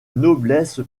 noblesse